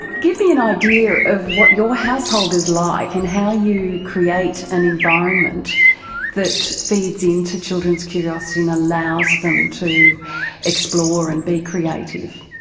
give me an idea of what your household is like and how you create an environment that feeds in to children's curiosity and allows them to explore and be creative?